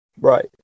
Right